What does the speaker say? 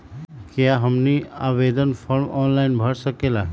क्या हमनी आवेदन फॉर्म ऑनलाइन भर सकेला?